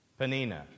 Panina